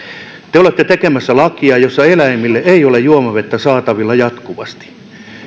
te te olette tekemässä lakia jossa eläimille ei ole juomavettä saatavilla jatkuvasti